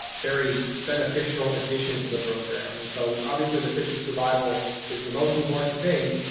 very beneficial addition to the program. and so obviously, the fish's survival is the most important thing,